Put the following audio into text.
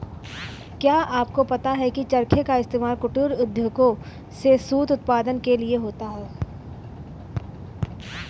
क्या आपको पता है की चरखे का इस्तेमाल कुटीर उद्योगों में सूत उत्पादन के लिए होता है